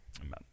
Amen